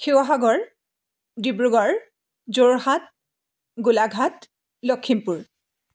Sivasagar Dibrugarh Jorhat Golaghat Lakhimpur